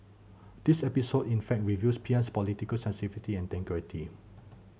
this episode in fact reveals P M's political sensitivity and integrity